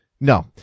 No